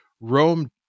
Rome